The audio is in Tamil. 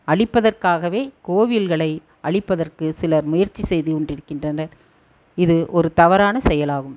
அழிப்பதற்காகவே கோவில்களை அழிப்பதற்கு சிலர் முயற்சி செய்து கொண்டிருக்கின்றனர் இது ஒரு தவறான செயலாகும்